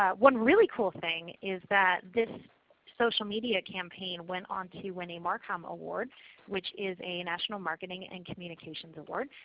ah one really cool thing is that this social media campaign went on to win a marcom award which is a national marketing and communication award.